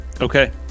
Okay